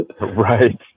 Right